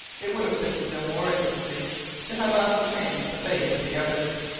it would have been still more interesting to have ascertained the fate of the others.